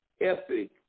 Epic